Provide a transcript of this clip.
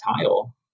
tile